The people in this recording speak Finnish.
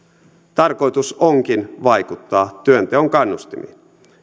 tarkoitus onkin vaikuttaa työnteon kannustimiin